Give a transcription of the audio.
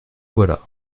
voilà